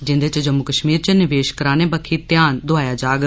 जिन्दे च जम्मू कश्मीर च निवेश करने बक्खी ध्यान दोआया जाग